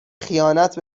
خیانت